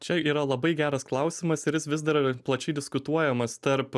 čia yra labai geras klausimas ir jis vis dar plačiai diskutuojamas tarp